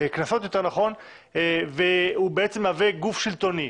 קנסות ומהווה גוף שלטוני?